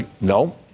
no